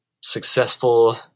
successful